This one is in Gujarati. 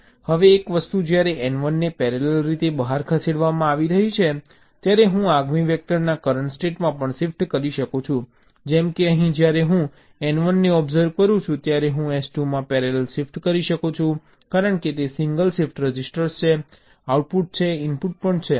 હવે એક વસ્તુ જ્યારે N1 ને પેરેલલ રીતે બહાર ખસેડવામાં આવી રહી છે ત્યારે હું આગામી વેક્ટરના કરંટ સ્ટેટમાં પણ શિફ્ટ કરી શકું છું જેમ કે અહીં જ્યારે હું N1ને ઓબ્સર્વ કરું છું ત્યારે હું S2 માં પેરેલલ શિફ્ટ કરી શકું છું કારણ કે તે સિંગલ શિફ્ટ રજિસ્ટર છે આઉટપુટ છે ઇનપુટ પણ છે